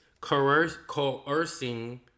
coercing